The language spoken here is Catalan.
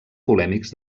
polèmics